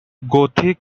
gothic